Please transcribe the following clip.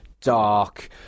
dark